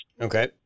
Okay